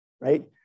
Right